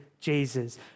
Jesus